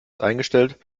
eingestellt